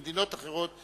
במדינות אחרות,